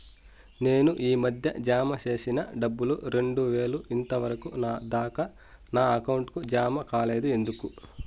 నేను ఈ మధ్య జామ సేసిన డబ్బులు రెండు వేలు ఇంతవరకు దాకా నా అకౌంట్ కు జామ కాలేదు ఎందుకు?